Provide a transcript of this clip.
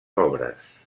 obres